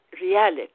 Reality